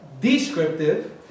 descriptive